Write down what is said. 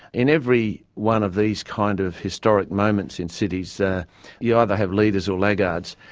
in every one of these kind of historic moments in cities, ah you either have leaders or laggards.